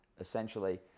essentially